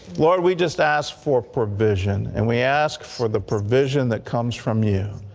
lord, we just ask for provision, and we ask for the provision that comes from you.